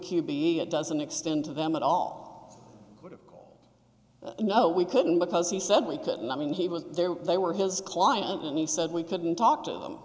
b it doesn't extend to them at all no we couldn't because he said we couldn't i mean he was there they were his client and he said we couldn't talk to them